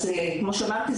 אז כמו שאמרתי,